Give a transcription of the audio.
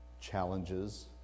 challenges